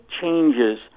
changes